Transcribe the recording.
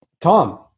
Tom